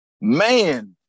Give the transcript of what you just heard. Man